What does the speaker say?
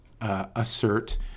assert